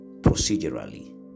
procedurally